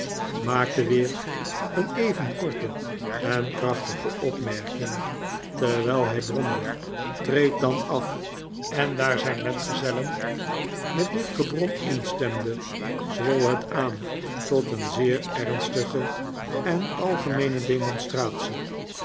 maakte weer een even korte en krachtige opmerking terwijl hij bromde treed dan af en daar zijn metgezellen met dit gebrom instemden zwol het aan tot een zeer ernstige en algemeene demonstratie